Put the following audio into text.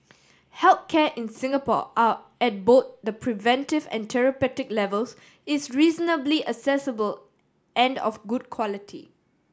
health care in Singapore are at both the preventive and therapeutic levels is reasonably accessible and of good quality